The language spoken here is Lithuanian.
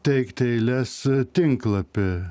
teikti eiles tinklapy